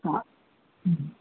हा